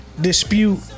dispute